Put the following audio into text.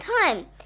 time